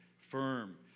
firm